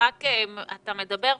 אתה מדבר,